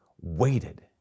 waited